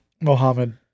Mohammed